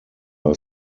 are